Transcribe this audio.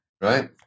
right